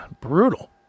brutal